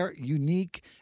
unique